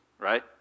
right